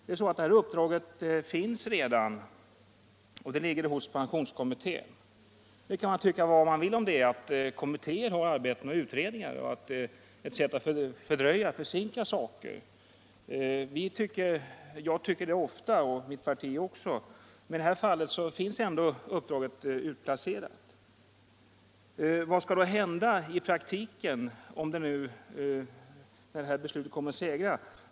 Det här uppdraget ligger redan hos pensionskommittén. Nu kan man mycket väl anse att utredningar är ett sätt att försinka behandlingen av ärenden. Jag och mitt parti tycker att det ofta är fallet. Men i det här fallet ligger ändå det här utredningsuppdraget hos pensionskommittén. Vad kommer att hända i praktiken om det borgerliga förslaget segrar?